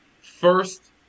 first